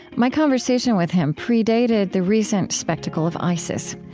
my conversation with him predated the recent spectacle of isis.